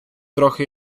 трохи